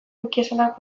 wikiesanak